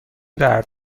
درد